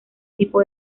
tipo